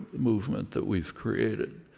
movement that we've created,